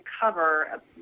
cover